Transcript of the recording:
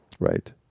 Right